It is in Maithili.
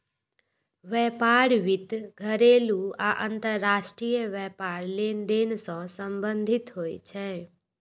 व्यापार वित्त घरेलू आ अंतरराष्ट्रीय व्यापार लेनदेन सं संबंधित होइ छै